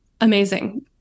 amazing